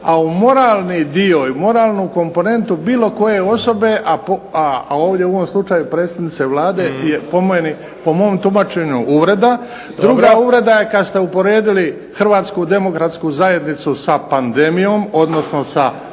a u moralni dio i u moralnu komponentu bilo koje osobe, a ovdje u ovom slučaju predsjednice Vlade je po meni, po mom tumačenju uvreda. Druga uvreda je kad ste uporedili Hrvatsku demokratsku zajednicu sa pandemijom, odnosno sa